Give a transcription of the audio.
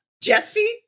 Jesse